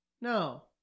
no